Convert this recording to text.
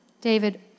David